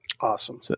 Awesome